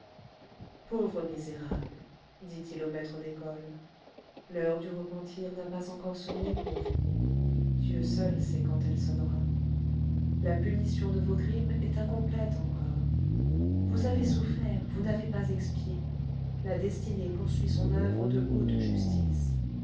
dit-il au maître d'école l'heure du repentir n'a pas encore sonné pour vous dieu seul sait quand elle sonnera la punition de vos crimes est incomplète encore vous avez souffert vous n'avez pas expié la destinée poursuit son oeuvre de haute justice